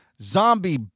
zombie